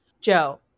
Joe